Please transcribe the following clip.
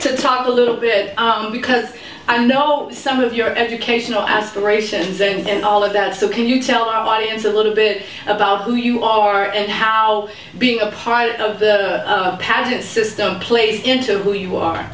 to talk a little bit because i know some of your educational aspirations and all of that so can you tell our audience a little bit about who you are and how being a part of the pageant system plays into who you are